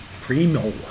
Primo